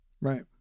Right